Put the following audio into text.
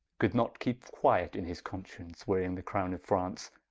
could not keepe quiet in his conscience, wearing the crowne of france,